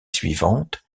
suivante